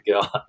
God